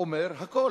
אומר הכול.